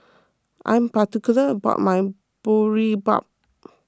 I am particular about my Boribap